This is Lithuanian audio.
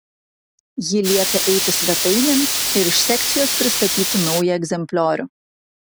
ji liepia eiti svetainėn ir iš sekcijos pristatyti naują egzempliorių